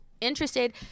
interested